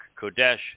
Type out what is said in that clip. Kodesh